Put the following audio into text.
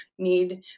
need